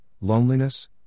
loneliness